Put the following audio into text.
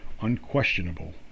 unquestionable